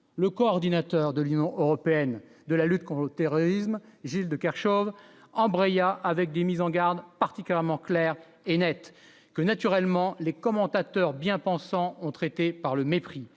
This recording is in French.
le coordinateur de l'Union européenne, de la lutte contre le terrorisme, Gilles de Kerchove embraya avec des mises en garde particulièrement clair et Net que naturellement les commentateurs bien-pensants ont traité par le mépris,